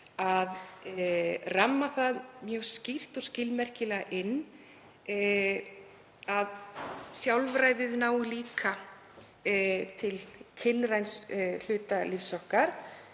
að ramma það mjög skýrt og skilmerkilega inn að sjálfræðið nái líka til kynræns hluta lífs okkar,